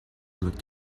looked